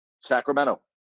Sacramento